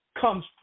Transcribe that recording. comes